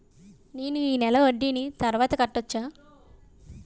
నేను ఈ నెల వడ్డీని తర్వాత కట్టచా?